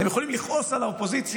אתם יכולים לכעוס על האופוזיציה,